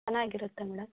ಚೆನ್ನಾಗಿರುತ್ತೆ ಮೇಡಮ್